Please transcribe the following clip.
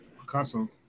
Picasso